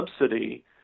subsidy